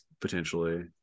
potentially